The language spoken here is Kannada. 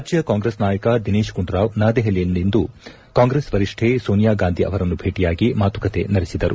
ರಾಜ್ಯ ಕಾಂಗ್ರೆಸ್ ನಾಯಕ ದಿನೇಶ್ ಗುಂಡೂರಾವ್ ನವದೆಹಲಿಯಲ್ಲಿಂದು ಕಾಂಗ್ರೆಸ್ ವರಿಷ್ಠೆ ಸೋನಿಯಾ ಗಾಂಧಿ ಅವರನ್ನು ಭೇಟಿಯಾಗಿ ಮಾತುಕತೆ ನಡೆಸಿದರು